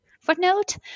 footnote